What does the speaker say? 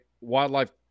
wildlife